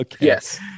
Yes